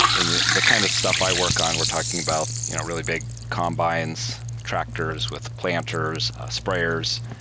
in the kind of stuff i work on, we're talking about really big combines, tractors with planters, sprayers.